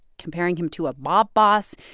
comparing him to a mob boss,